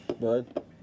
bud